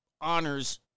honors